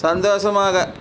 சந்தோஷமாக